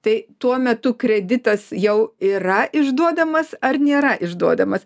tai tuo metu kreditas jau yra išduodamas ar nėra išduodamas